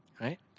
Right